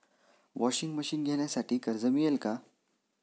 Washing machine घेण्यासाठी कर्ज मिळेल का?